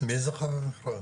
--- מי זכה במכרז?